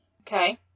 Okay